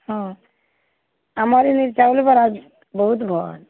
ହଁ ଆମର୍ ଇନେ ଚାଉଲ୍ ବରା ବହୁତ୍ ଭଲ୍